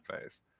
phase